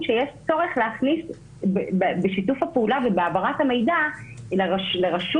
צריך להכניס בשיתוף הפעולה ובהעברת המידע לרשות